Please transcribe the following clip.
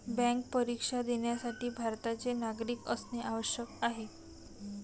bank परीक्षा देण्यासाठी भारताचे नागरिक असणे आवश्यक आहे